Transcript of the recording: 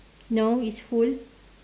no it's full